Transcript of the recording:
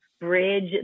bridge